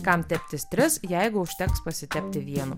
kam teptis tris jeigu užteks pasitepti vienu